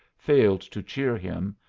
failed to cheer him,